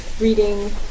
reading